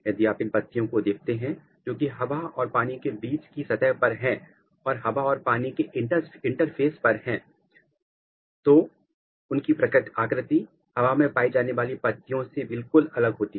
यदि आप उन पतियों को देखते हैं जोकि हवा और पानी के बीच की सतह पर हैं और हवा और पानी के इंटरफेस पर है तो की आकृति हवा में पाई जाने वाली पत्तियों से बिल्कुल अलग होती है